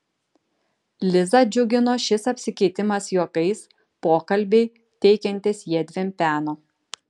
lizą džiugino šis apsikeitimas juokais pokalbiai teikiantys jiedviem peno